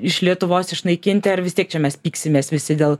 iš lietuvos išnaikinti ar vis tiek čia mes pyksimės visi dėl